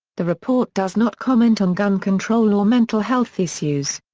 the report does not comment on gun control or mental health issues.